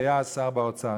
שהיה אז שר האוצר,